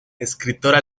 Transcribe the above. escritora